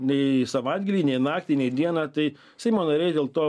nei savaitgalį nei naktį nei dieną tai seimo nariai dėl to